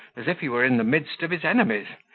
as if he were in the midst of his enemies,